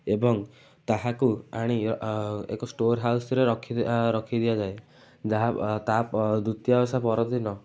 ଏବଂ ତାହାକୁ ଆଣି ଏକ ଷ୍ଟୋର୍ ହାଉସ୍ରେ ରଖି ରଖି ଦିଆଯାଏ ଯାହା ତାହା ଦ୍ଵିତୀୟା ଓଷା ପରଦିନ